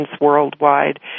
worldwide